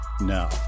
Now